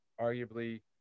arguably